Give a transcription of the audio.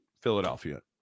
Philadelphia